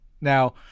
Now